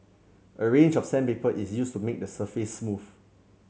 a range of sandpaper is used to make the surface smooth